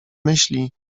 myśli